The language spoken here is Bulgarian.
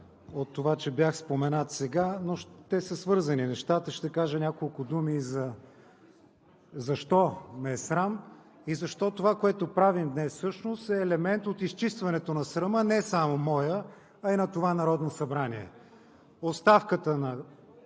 от това, че бях споменат сега, но нещата са свързани. Ще кажа няколко думи защо ме е срам и защо това, което правим днес, всъщност е елемент от изчистването на срама – не само моя, а и на това Народно събрание. Оставката на